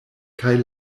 kaj